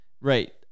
right